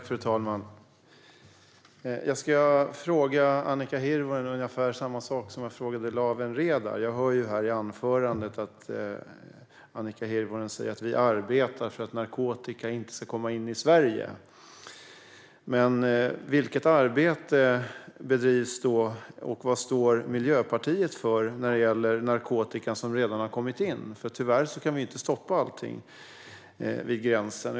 Fru talman! Jag ska fråga Annika Hirvonen Falk ungefär samma sak som jag frågade Lawen Redar. Jag hör ju i Annika Hirvonen Falks anförande att hon säger: Vi arbetar för att narkotika inte ska komma in i Sverige. Men vilket arbete bedrivs, och vad står Miljöpartiet för när det gäller narkotika som redan har kommit in? Tyvärr kan vi ju inte stoppa allting vid gränsen.